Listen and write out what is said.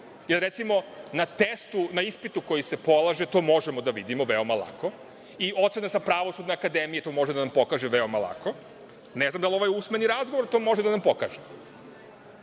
jer recimo na testu, na ispitu koji se polaže to možemo da vidimo veoma lako i ocena sa Pravosudne akademije to može da vam pokaže veoma lako. Ne znam da li ovaj usmeni razgovor to može da vam pokaže.